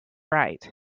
right